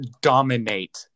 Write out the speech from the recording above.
dominate